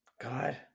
God